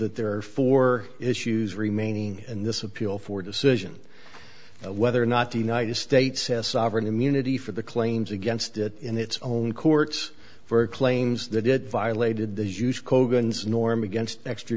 that there are four issues remaining in this appeal for decision whether or not the united states has sovereign immunity for the claims against it in its own courts for claims that it violated the norm against extra